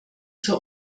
zur